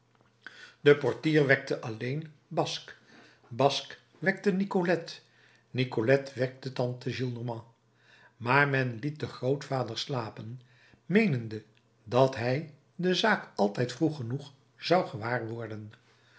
de portier wekte alleen basque basque wekte nicolette nicolette wekte tante gillenormand maar men liet den grootvader slapen meenende dat hij de zaak altijd vroeg genoeg zou